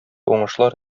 уңышлар